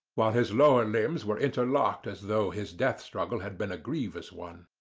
while his lower limbs were interlocked as though his death struggle had been a grievous one.